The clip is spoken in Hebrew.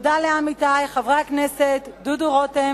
תודה לעמיתי חברי הכנסת דודו רותם